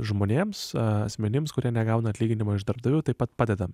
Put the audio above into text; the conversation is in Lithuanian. žmonėms asmenims kurie negauna atlyginimo iš darbdavių taip pat padedam